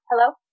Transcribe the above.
hello